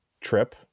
trip